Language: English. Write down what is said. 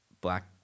Black